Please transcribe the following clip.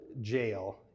jail